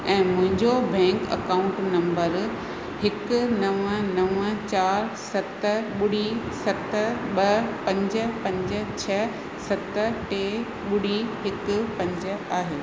ऐं मुहिंजो bank account number हिकु नव नव चारि सत ॿुड़ी सत ॿ पंज पंज छ सत टे ॿुड़ी हिकु पंज आहे